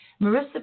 Marissa